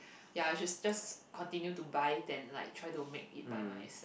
ya I should just continue to buy than like try to make it by my